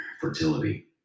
fertility